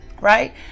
right